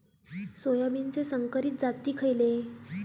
सोयाबीनचे संकरित जाती खयले?